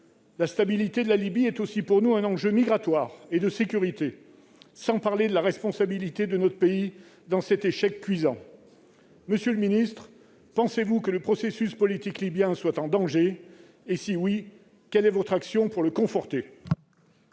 La stabilité de la Libye est aussi pour nous un enjeu migratoire et de sécurité, sans parler de la responsabilité de notre pays dans cet échec cuisant. Monsieur le ministre, selon vous, le processus politique libyen est-il en danger ? Si tel est le cas, quelle sera votre action pour le conforter ?